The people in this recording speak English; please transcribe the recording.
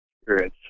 experience